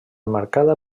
marcada